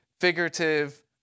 figurative